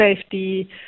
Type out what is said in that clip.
safety